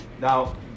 Now